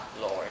Lord